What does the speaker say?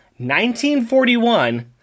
1941